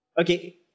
Okay